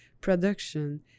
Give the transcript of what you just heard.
production